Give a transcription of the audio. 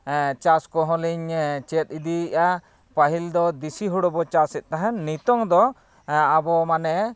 ᱪᱟᱥ ᱠᱚᱦᱚᱸᱞᱤᱧ ᱪᱮᱫ ᱤᱫᱤᱭᱮᱫᱼᱟ ᱯᱟᱹᱦᱤᱞ ᱫᱚ ᱫᱮᱥᱤ ᱦᱩᱲᱩᱵᱚᱱ ᱪᱟᱥᱮᱫ ᱛᱟᱦᱮᱱ ᱱᱤᱛᱚᱜ ᱫᱚ ᱟᱵᱚ ᱢᱟᱱᱮ